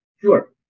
sure